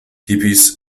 hippies